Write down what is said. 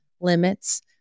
limits